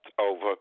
over